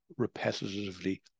repetitively